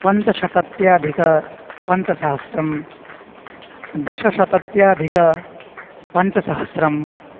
पञ्चाशत्यधिक पञ्चसहस्रं दशशत्यधिक पञ्चसहस्रम्